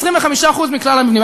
25% מכלל המבנים.